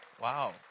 Wow